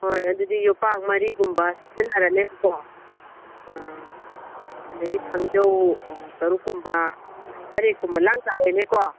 ꯍꯣꯏ ꯑꯗꯨꯗꯤ ꯌꯣꯄꯥꯛ ꯃꯔꯤꯒꯨꯝꯕ ꯁꯤꯖꯤꯟꯅꯔꯅꯦꯕꯀꯣ ꯑꯥ ꯑꯗꯒꯤ ꯊꯥꯡꯖꯧ ꯑꯥ ꯇꯔꯨꯛ ꯀꯨꯝꯕ ꯇꯔꯦꯠ ꯀꯨꯝꯕ ꯂꯥꯡꯇꯔꯦꯅꯦꯀꯣ